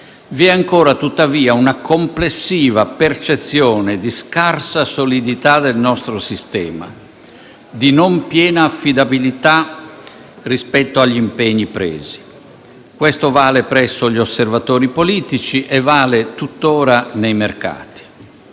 Vi è ancora, tuttavia, una complessiva percezione di scarsa solidità del nostro sistema, di non piena affidabilità rispetto agli impegni presi. Questo vale presso gli osservatori politici e, tutt'ora, nei mercati.